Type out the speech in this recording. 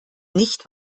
nicht